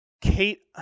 Kate